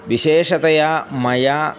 विशेषतया मया